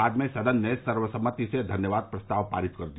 बाद में सदन ने सर्वसम्मति से धन्यवाद प्रस्ताव पारित कर दिया